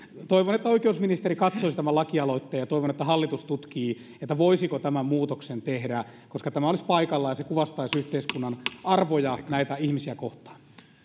toivon että oikeusministeri katsoisi tämän lakialoitteen ja toivon että hallitus tutkii voisiko tämän muutoksen tehdä koska tämä olisi paikallaan ja kuvastaisi yhteiskunnan arvoja näitä ihmisiä kohtaan